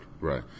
right